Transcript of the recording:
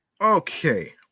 Okay